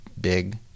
big